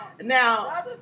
Now